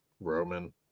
Roman